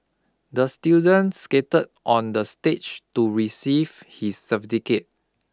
the students skated on the stage to receive his cerfticate